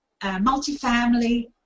multifamily